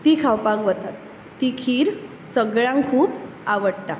ती खावपाक वतात ती खीर सगळ्यांक खूब आवडटा